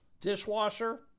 dishwasher